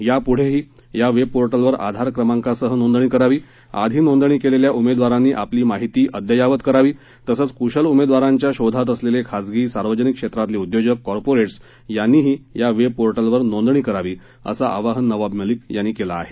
यापुढंही या वेबपोर्टलवर आधार क्रमांकासह नोंदणी करावी आधी नोंदणी केलेल्या उमेदवारांनी आपली माहिती अद्ययावत करावी तसंच कुशल उमेदवारांच्या शोधात असलेले खासगी सार्वजनिक क्षेत्रातले उद्योजक कॉर्पोरेट्स यांनीही या वेबपोर्टलवर नोंदणी करावी असं आवाहन नवाब मलिक यांनी केलं आहे